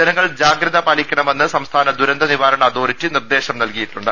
ജനങ്ങൾ ജാഗ്രത പാളിക്കണമെന്ന് സംസ്ഥാന ദുരന്ത നിവാരണ അതോറിറ്റി നിർദ്ദേശം നൽകിയിട്ടുണ്ട്